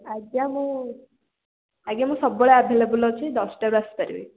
ଆଜ୍ଞା ମୁଁ ଆଜ୍ଞା ମୁଁ ସବୁବେଳେ ଆଭେଲେବଲ୍ ଅଛି ଦଶଟାରେ ଆସିପାରିବେ